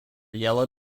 yellow